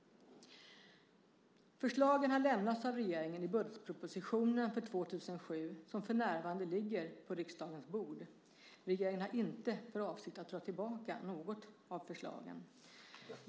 Förslagen har lämnats av regeringen i budgetpropositionen för 2007 som för närvarande ligger på riksdagens bord. Regeringen har inte för avsikt att dra tillbaka något av förslagen.